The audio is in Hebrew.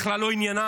בכלל לא עניינה,